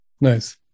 Nice